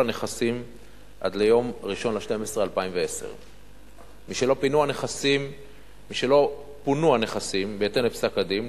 הנכסים עד ליום 1 בדצמבר 2010. משלא פונו הנכסים בהתאם לפסק-הדין,